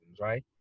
right